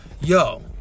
Yo